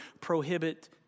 prohibit